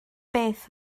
beth